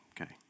Okay